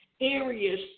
areas